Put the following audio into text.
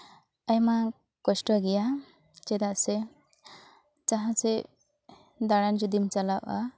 ᱟᱭᱢᱟ ᱠᱚᱥᱴᱚ ᱜᱮᱭᱟ ᱪᱮᱫᱟᱜ ᱥᱮ ᱡᱟᱦᱟᱸ ᱥᱮᱫ ᱫᱟᱬᱟᱱ ᱡᱩᱫᱤᱢ ᱪᱟᱞᱟᱜᱼᱟ